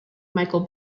michael